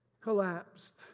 collapsed